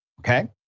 Okay